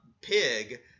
pig